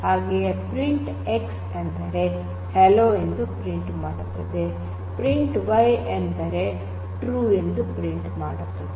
ಹಾಗೆಯೇ print X ಅಂದರೆ hello ಎಂದು ಪ್ರಿಂಟ್ ಮಾಡುತ್ತದೆ ಪ್ರಿಂಟ್ Y ಎಂದರೆ ಟ್ರೂ ಎಂದು ಪ್ರಿಂಟ್ ಮಾಡುತ್ತದೆ